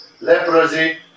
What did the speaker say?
Leprosy